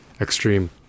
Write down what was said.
extreme